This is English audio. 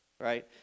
right